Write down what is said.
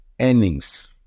earnings